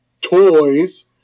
toys